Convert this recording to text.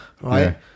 Right